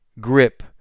grip